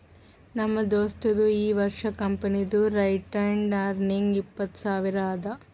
ನಮ್ ದೋಸ್ತದು ಈ ವರ್ಷ ಕಂಪನಿದು ರಿಟೈನ್ಡ್ ಅರ್ನಿಂಗ್ ಇಪ್ಪತ್ತು ಸಾವಿರ ಅದಾ